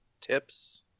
tips